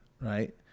right